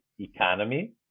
economy